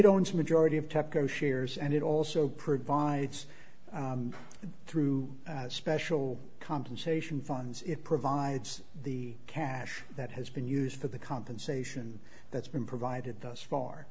owns majority of tepco shares and it also provides through special compensation funds it provides the cash that has been used for the compensation that's been provided thus far